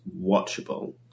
watchable